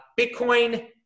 Bitcoin